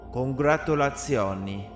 Congratulazioni